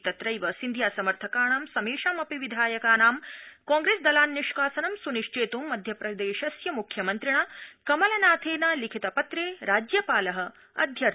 तत्रैव सिन्धिया समर्थकाणां समेषामपि विधायकानां कांप्रेस् दलान्निष्कासनं सुनिश्चेतुं मध्यप्रदेशस्य मुख्यमन्त्रिणा कमलनाथेन लिखित पत्रे राज्यपाल अध्यर्थित